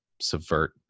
subvert